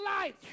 life